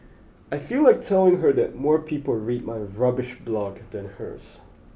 I feel like telling her that more people read my rubbish blog than hers